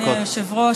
אדוני היושב-ראש,